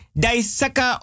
daisaka